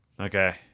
Okay